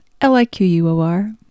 L-I-Q-U-O-R